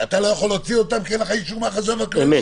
אתה לא יכול להוציא אותם כי אין לך אישור מהחשב הכללי.